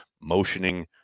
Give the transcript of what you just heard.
motioning